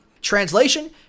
Translation